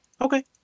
Okay